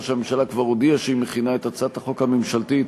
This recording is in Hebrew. שהממשלה כבר הודיעה שהיא מכינה את הצעת החוק הממשלתית